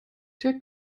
der